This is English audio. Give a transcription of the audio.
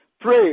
Pray